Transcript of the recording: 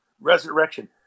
resurrection